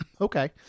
Okay